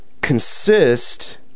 Consist